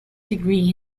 degree